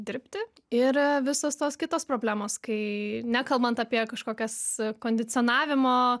dirbti ir visos tos kitos problemos kai nekalbant apie kažkokias kondicionavimo